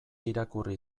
irakurri